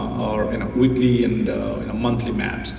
or and weekly and monthly maps.